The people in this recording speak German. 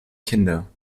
kinder